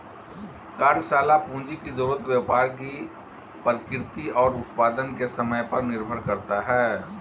कार्यशाला पूंजी की जरूरत व्यापार की प्रकृति और उत्पादन के समय पर निर्भर करता है